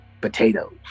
potatoes